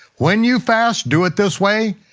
when you fast do it this way.